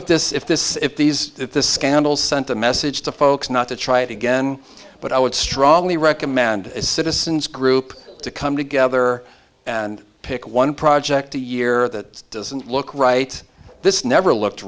if this if this if these scandals sent a message to folks not to try it again but i would strongly recommend citizens group to come together and pick one project a year that doesn't look right this never looked